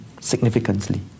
significantly